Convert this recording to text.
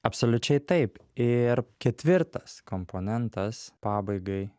absoliučiai taip ir ketvirtas komponentas pabaigai